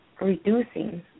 reducing